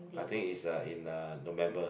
I think is uh in uh November